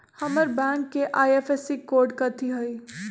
हमर बैंक के IFSC code कथि हई?